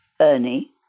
Ernie